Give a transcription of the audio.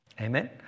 Amen